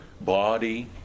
body